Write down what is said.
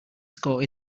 score